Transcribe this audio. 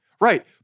right